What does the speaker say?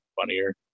funnier